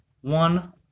One